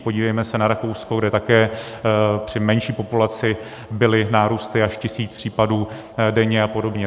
Podívejme se na Rakousko, kde také při menší populaci byly nárůsty až tisíc případů denně, a podobně.